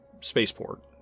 spaceport